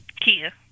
Kia